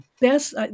best –